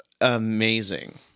amazing